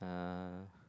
uh